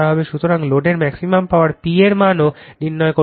সুতরাং লোডের maximum power P এর মানও নির্ধারণ করুন